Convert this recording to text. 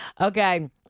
Okay